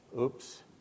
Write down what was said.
oops